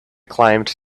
climbed